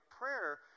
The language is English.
prayer